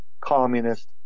communist